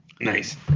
Nice